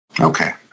Okay